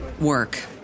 work